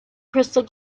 crystal